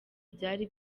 byari